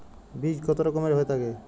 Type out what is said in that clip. বীজ কত রকমের হয়ে থাকে?